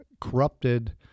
corrupted